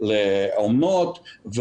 לאומנות,